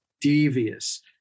devious